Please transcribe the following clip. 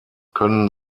können